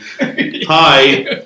Hi